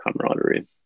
camaraderie